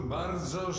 bardzo